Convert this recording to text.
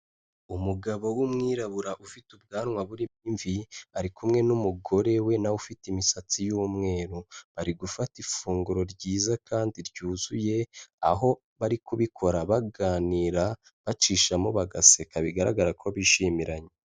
Umugabo w'umwirabura ufite ubwanwa burimo imvi, ari kumwe n'umugore we na we ufite imisatsi y'umweru. Bari gufata ifunguro ryiza kandi ryuzuye, aho bari kubikora baganira, bacishamo bagaseka bigaragara ko bishimiranye.